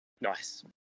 Nice